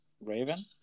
Raven